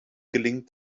gelingt